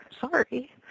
sorry